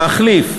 להחליף,